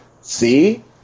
See